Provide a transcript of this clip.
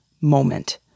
moment